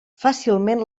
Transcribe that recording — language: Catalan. fàcilment